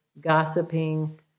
gossiping